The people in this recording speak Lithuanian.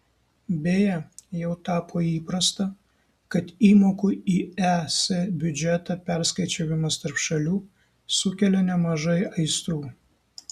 beje jau tapo įprasta kad įmokų į es biudžetą perskaičiavimas tarp šalių sukelia nemažai aistrų